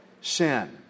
sin